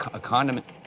a condiment